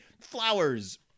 Flowers